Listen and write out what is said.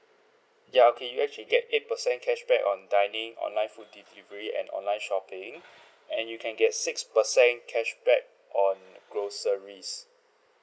ya okay you actually get eight percent cashback on dining online food delivery and online shopping and you can get six percent cashback on groceries